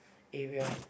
area